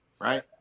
right